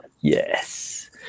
Yes